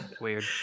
Weird